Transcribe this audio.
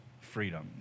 freedom